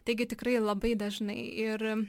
taigi tikrai labai dažnai ir